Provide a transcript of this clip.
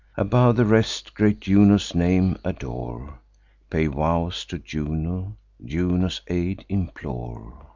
above the rest, great juno's name adore pay vows to juno juno's aid implore.